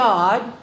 God